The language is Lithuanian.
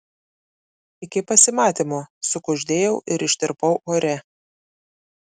iki pasimatymo sukuždėjau ir ištirpau ore